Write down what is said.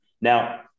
Now